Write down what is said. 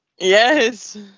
Yes